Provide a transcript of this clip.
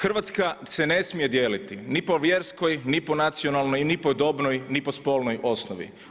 Hrvatska se ne smije dijeliti ni po vjerskoj, ni po nacionalnoj, ni po dobnoj, ni po spolnoj osnovi.